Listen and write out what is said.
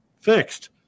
fixed